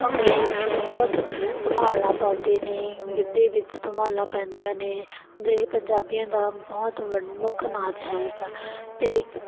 ਭੰਗੜੇ ਵਿੱਚ ਬਹੁਤ ਧਮਾਲਾ ਪਾਉਂਦੇ ਨੇ ਗਿੱਧੇ ਵਿੱਚ ਧਮਾਲਾ ਪੈਂਦੀਆਂ ਨੇ ਇਹ ਪੰਜਾਬੀਆਂ ਦਾ ਬਹੁਤ ਮੁੱਖ ਨਾਚ ਹੈਗਾ ਤੇ